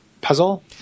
puzzle